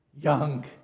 Young